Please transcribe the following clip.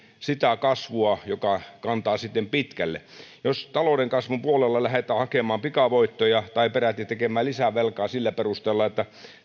sitä kasvua joka kantaa sitten pitkälle jos talouden kasvun puolella lähdetään hakemaan pikavoittoja tai peräti tekemään lisävelkaa sillä perusteella että